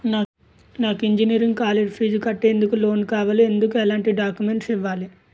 నాకు engineering college fees కట్టేందుకు loan కావాలి, ఎందుకు ఎలాంటి డాక్యుమెంట్స్ ఇవ్వాలి?